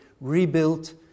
rebuilt